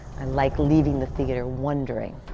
i like leaving the theatre wondering,